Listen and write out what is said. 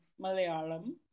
Malayalam